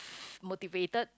motivated